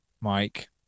Mike